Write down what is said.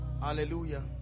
Hallelujah